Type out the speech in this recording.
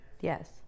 Yes